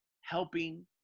helping